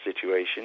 situation